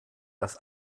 das